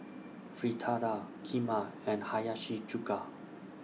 Fritada Kheema and Hiyashi Chuka